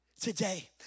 today